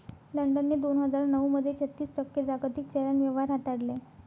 लंडनने दोन हजार नऊ मध्ये छत्तीस टक्के जागतिक चलन व्यवहार हाताळले